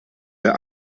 der